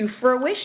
fruition